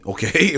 Okay